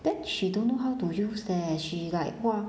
then she don't know how to use eh she like !wah!